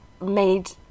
made